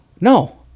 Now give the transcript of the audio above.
No